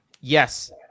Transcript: Yes